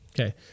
Okay